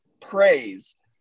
praised